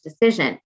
decision